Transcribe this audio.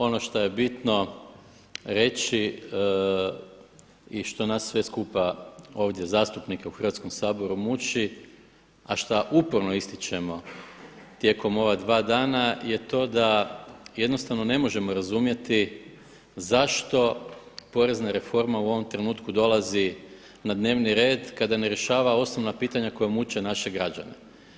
Ono što je bitno reći i što nas sve skupa ovdje zastupnike u Hrvatskom saboru muči, a šta uporno ističemo tijekom ova dva dana je to da jednostavno ne možemo razumjeti zašto porezna reforma u ovom trenutku dolazi na dnevni red kada ne rješava osnovna pitanja koja muče naše građane.